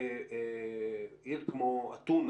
בעיר כמו אתונה